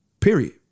Period